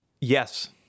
Yes